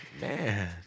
Man